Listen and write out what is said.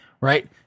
right